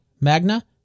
Magna